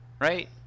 Right